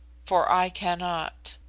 for i cannot.